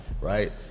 right